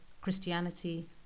christianity